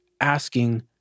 asking